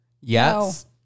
Yes